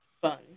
fun